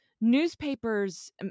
newspapers